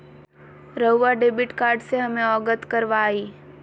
रहुआ debit card से हमें अवगत करवाआई?